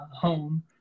home